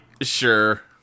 sure